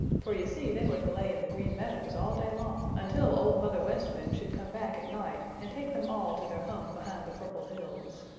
for you see they were to lay in the green meadows all day long until old mother west wind should come back at night and take them all to their home behind the purple hills.